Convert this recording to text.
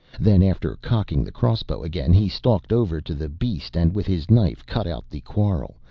then after cocking the crossbow again he stalked over to the beast and with his knife cut out the quarrel,